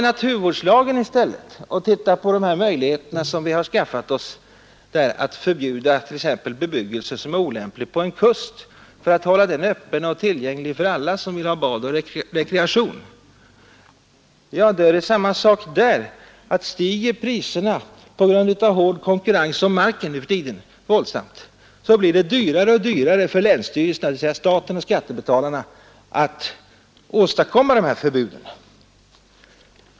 Undersöker vi i stället naturvårdslagen och de möjligheter vi där har skaffat oss att förbjuda t.ex. bebyggelse som är olämplig på en kust för att hålla den kusten öppen och tillgänglig för alla som vill ha bad och rekreation, är det samma sak där: stiger priserna våldsamt på grund av hård konkurrens om marken blir det dyrare och dyrare för länsstyrelserna, dvs. staten och skattebetalarna, att åstadkomma sådana förbud.